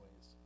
ways